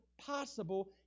possible